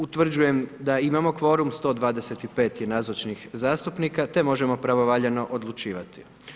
Utvrđujem da imamo kvorum 125 nazočnih zastupnika, te možemo pravovaljano odlučivati.